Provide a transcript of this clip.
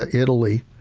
ah italy,